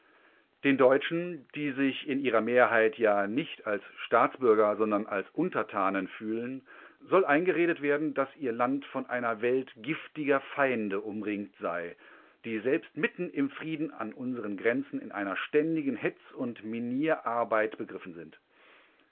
den deutschen die sich in ihrer mehrheit ja nicht als staatsbürger sondern als untertanen fühlen soll eingeredet werden daß ihr land von einer welt giftiger feinde umringt sei die selbst mitten im frieden an unseren grenzen in einer ständigen hetz und minierarbeit begriffen sind